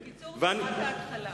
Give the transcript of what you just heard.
בקיצור, זו רק ההתחלה.